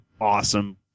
awesome